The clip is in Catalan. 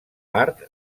part